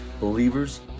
believers